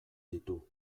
ditu